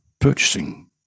purchasing